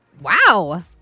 Wow